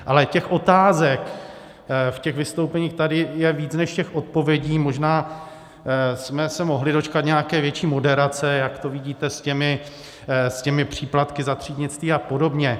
Ale těch otázek v těch vystoupeních tady je víc než těch odpovědí, možná jsme se mohli dočkat nějaké větší moderace, jak to vidíte s těmi příplatky za třídnictví a podobně.